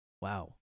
Wow